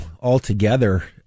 altogether